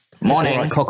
Morning